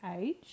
age